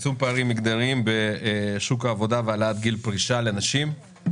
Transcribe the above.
צמצום פערים מגדריים בשוק העובדה והעלאת גיל הפרישה לנשים.